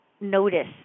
notice